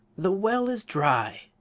the well is dry!